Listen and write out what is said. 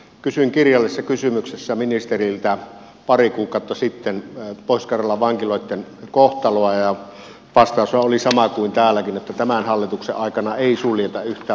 kysyin kirjallisessa kysymyksessä ministeriltä pari kuukautta sitten pohjois karjalan vankiloitten kohtaloa ja vastaushan oli sama kuin täälläkin että tämän hallituksen aikana ei suljeta yhtään vankilaa